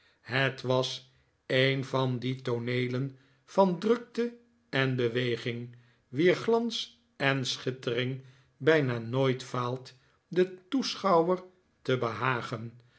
het was een van die tooneelen van drukte en beweging wier glans en schittering bijna nooit faalt den toeschbuwer te behagen